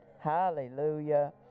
Hallelujah